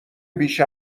بیش